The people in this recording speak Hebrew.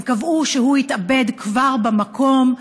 הם קבעו שהוא התאבד כבר במקום,